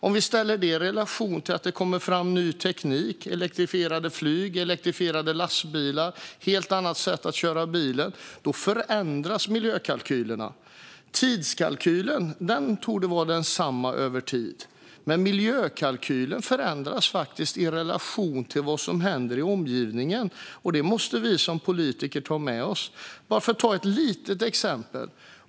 Om vi ställer detta i relation till att det kommer fram ny teknik, såsom elektrifierade flyg, elektrifierade lastbilar och helt andra sätt att köra bil, förändras miljökalkylerna. Tidskalkylen torde vara densamma över tid, men miljökalkylen förändras faktiskt i relation till vad som händer i omgivningen. Detta måste vi som politiker ta med oss. Jag ska ta ett litet exempel.